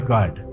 God